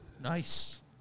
Nice